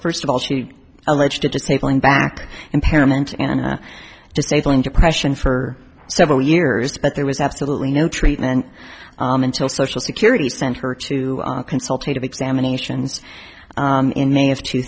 first of all she alleged it disabling back impairment and disabling depression for several years but there was absolutely no treatment until social security sent her to consultative examinations in may of two